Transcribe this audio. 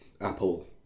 Apple